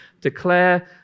declare